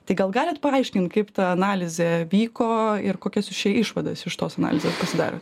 tai gal galit paaiškint kaip ta analizė vyko ir kokias jūs čia išvadas iš tos analizės pasidarėt